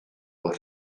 fel